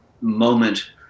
moment